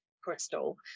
crystal